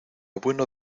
bueno